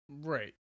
Right